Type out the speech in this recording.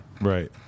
Right